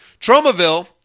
tromaville